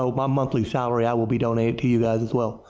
so my monthly salary i will be donating to you guys as well.